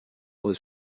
aus